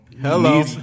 Hello